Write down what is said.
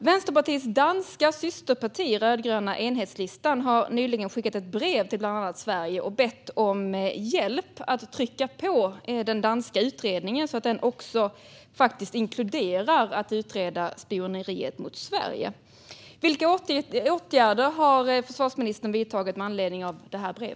Vänsterpartiets danska systerparti, rödgröna Enhedslisten, har nyligen skickat ett brev till bland annat Sverige och bett om hjälp att trycka på den danska utredningen så att den inkluderar spioneriet mot Sverige. Vilka åtgärder har försvarsministern vidtagit med anledning av detta brev?